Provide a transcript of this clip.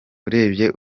urebye